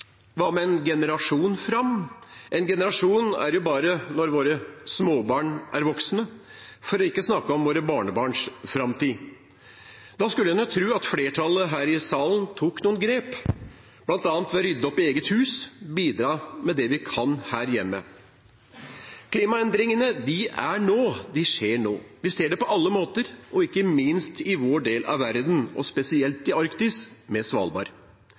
Hva med en generasjon fram? En generasjon er jo bare når våre småbarn er voksne, for ikke å snakke om våre barnebarns framtid. Da skulle en jo tro at flertallet her i salen tok noen grep, bl.a. ved å rydde opp i eget hus og bidra med det vi kan her hjemme. Klimaendringene er nå. De skjer nå. Vi ser det på alle måter – ikke minst i vår del av verden, og spesielt i Arktis, med Svalbard.